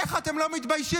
איך אתם לא מתביישים?